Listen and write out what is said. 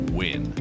win